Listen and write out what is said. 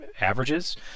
averages